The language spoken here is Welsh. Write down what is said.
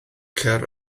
cer